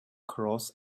cross